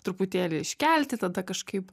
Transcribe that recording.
truputėlį iškelti tada kažkaip